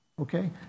Okay